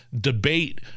debate